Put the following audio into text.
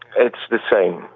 it's the same,